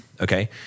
Okay